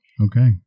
Okay